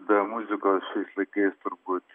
be muzikos šiais laikais turbūt